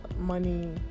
money